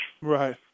Right